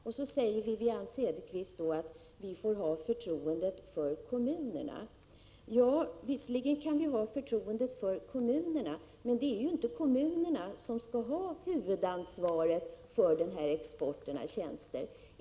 Och hon säger att vi får ha förtroende för kommunerna. Ja, visserligen kan vi ha förtroende för kommunerna, men det är ju inte kommunerna som skall ha huvudansvaret för exporten av tjänster.